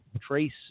Trace